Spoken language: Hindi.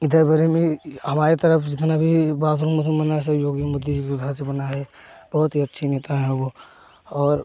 इधर बरे में हमारे तरफ़ जितना भी बाथरूम उथरुम बना सब योगी मोदी जी भा से बना है बहुत अच्छे नेता हैं वह और